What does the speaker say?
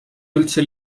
üldse